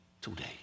today